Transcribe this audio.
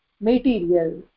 material